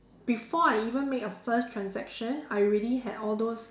before I even make a first transaction I already had all those